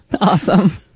Awesome